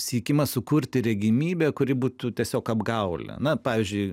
siekimas sukurti regimybę kuri būtų tiesiog apgaulė na pavyzdžiui